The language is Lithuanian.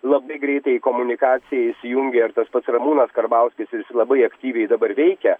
labai greitai į komunikaciją įsijungia ir tas pats ramūnas karbauskis ir jis labai aktyviai dabar veikia